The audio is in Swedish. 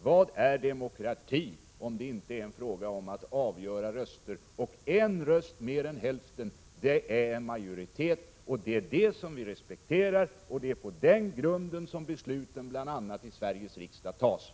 Vad är demokrati, om det inte är fråga om att antalet röster avgör? En röst mer än hälften är en majoritet, och det respekterar vi. Det är på den grunden som besluten bl.a. i Sveriges riksdag fattas.